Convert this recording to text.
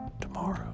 tomorrow